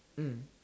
mm